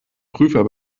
prüfer